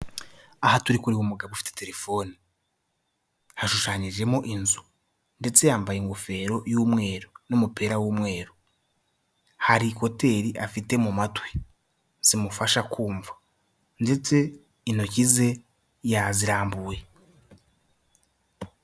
Aha turi kureba umugabo ufite telefone. Hashushanyijemo inzu ndetse yambaye ingofero y'umweru n'umupira w'umweru. Hari koteri afite mu matwi zimufasha kumva ndetse intoki ze yazirambuye.